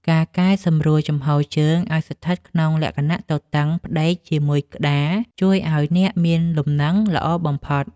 ការកែសម្រួលជំហរជើងឱ្យស្ថិតក្នុងលក្ខណៈទទឹងផ្ដេកជាមួយក្ដារ ជួយឱ្យអ្នកមានលំនឹងល្អបំផុត។